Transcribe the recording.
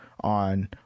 on